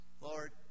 Lord